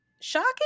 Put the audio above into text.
shocking